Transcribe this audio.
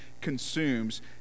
consumes